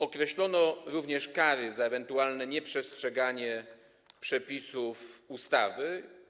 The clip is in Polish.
Określono również kary za ewentualne nieprzestrzeganie przepisów ustawy.